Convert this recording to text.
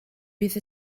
bydd